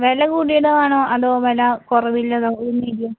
വില കൂടിയത് വേണോ അതോ വില കുറവുള്ളത് ഒരു മീഡിയം